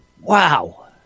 Wow